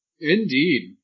Indeed